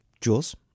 Jules